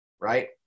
Right